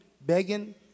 begging